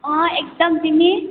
अँ एकदम तिमी